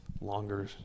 longer